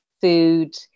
food